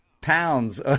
pounds